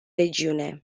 regiune